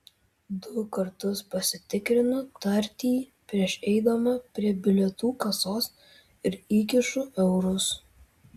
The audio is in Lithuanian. du kartus pasitikrinu tartį prieš eidama prie bilietų kasos ir įkišu eurus